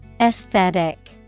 Aesthetic